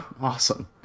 Awesome